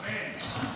אמן.